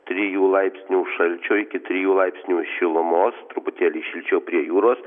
trijų laipsnių šalčio iki trijų laipsnių šilumos truputėlį šilčiau prie jūros